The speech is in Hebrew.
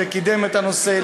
שקידם את הנושא,